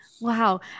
Wow